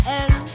end